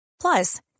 Plus